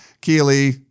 Keely